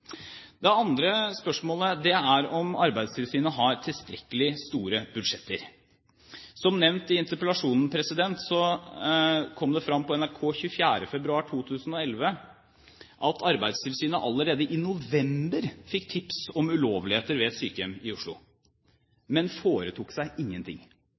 Det andre spørsmålet er om Arbeidstilsynet har tilstrekkelig store budsjetter. Som nevnt i interpellasjonsteksten, kom det fram på NRK 24. februar 2011 at Arbeidstilsynet allerede i november fikk tips om ulovligheter ved et sykehjem i Oslo, men foretok seg ingenting.